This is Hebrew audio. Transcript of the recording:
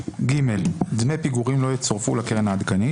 דמי פיגורים לא יצורפו לקרן העדכנית.